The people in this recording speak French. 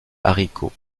haricots